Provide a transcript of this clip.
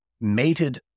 mated